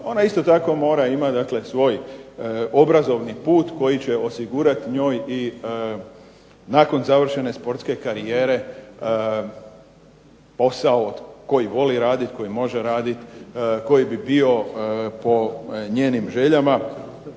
Ona isto tako mora imati dakle svoj obrazovni put koji će osigurati njoj i nakon završene sportske karijere posao koji voli raditi, koji može raditi, koji bi bio po njenim željama.